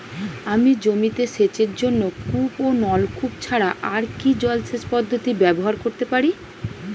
আমি জমিতে সেচের জন্য কূপ ও নলকূপ ছাড়া আর কি জলসেচ পদ্ধতি ব্যবহার করতে পারি?